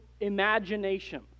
imagination